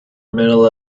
middle